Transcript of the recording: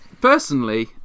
Personally